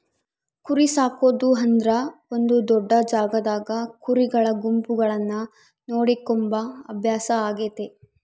ಕುರಿಸಾಕೊದು ಅಂದ್ರ ಒಂದು ದೊಡ್ಡ ಜಾಗದಾಗ ಕುರಿಗಳ ಗುಂಪುಗಳನ್ನ ನೋಡಿಕೊಂಬ ಅಭ್ಯಾಸ ಆಗೆತೆ